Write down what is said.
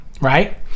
right